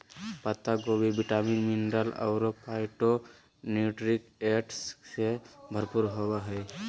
पत्ता गोभी vitamin, mineral अरो फाइटोन्यूट्रिएंट्स से भरपूर होबा हइ